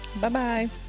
Bye-bye